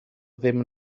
ddim